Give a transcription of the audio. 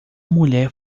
mulher